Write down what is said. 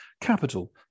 capital